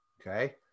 okay